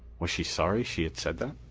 was she sorry she had said that?